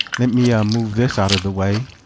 let me um move this out of the way.